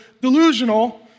delusional